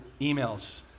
emails